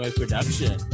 production